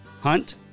HUNT